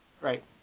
Right